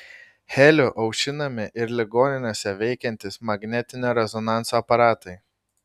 heliu aušinami ir ligoninėse veikiantys magnetinio rezonanso aparatai